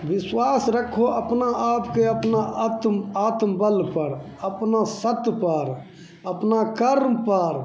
विश्वास रखहो अपना आपके अपना आत्मबलपर अपना सतपर अपना कर्मपर